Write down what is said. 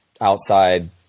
outside